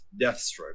Deathstroke